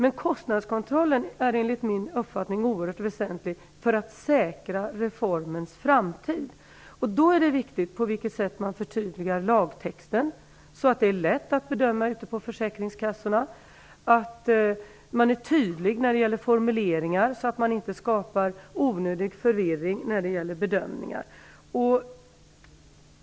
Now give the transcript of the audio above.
Kostnadskontrollen är enligt min uppfattning oerhört väsentlig för att säkra reformens framtid. Då är det viktigt på vilket sätt man förtydligar lagtexten, så att det är lätt att göra bedömningar ute på försäkringskassorna och att man är tydlig när det gäller formuleringar, så att det inte skapas onödig förvirring när det gäller bedömningar.